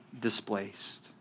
displaced